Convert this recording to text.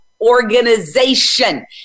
Organization